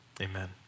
Amen